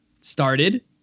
started